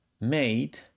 made